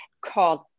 called